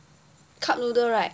cup noodle right